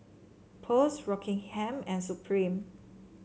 Post Rockingham and Supreme